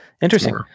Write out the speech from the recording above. Interesting